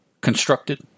constructed